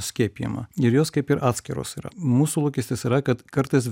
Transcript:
skiepijimą ir jos kaip ir atskiros yra mūsų lūkestis yra kad kartais